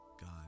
God